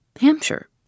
Hampshire